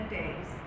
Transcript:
days